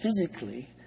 physically